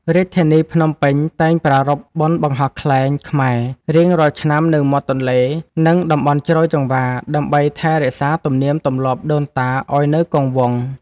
រាជធានីភ្នំពេញតែងប្រារព្ធបុណ្យបង្ហោះខ្លែងខ្មែររៀងរាល់ឆ្នាំនៅមាត់ទន្លេ និង តំបន់ជ្រោយចង្វារដើម្បីថែរក្សាទំនៀមទម្លាប់ដូនតាឱ្យនៅគង់វង្ស។